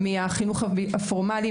מהחינוך הפורמלי,